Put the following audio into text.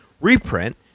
reprint